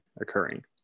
occurring